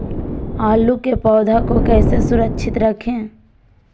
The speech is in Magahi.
आलू के पौधा को कैसे सुरक्षित रखें?